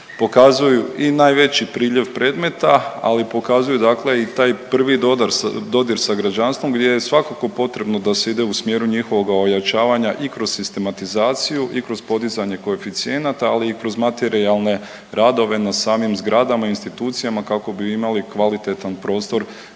pokazuju i najveći priljev predmeta, ali pokazuju dakle i taj prvi dodir sa građanstvom gdje je svakako potrebno da se ide u smjeru njihovoga ojačavanja i kroz sistematizaciju i kroz podizanje koeficijenata, ali i kroz materijalne radove na samim zgradama i institucijama kako bi imali kvalitetan prostor